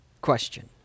question